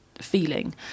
feeling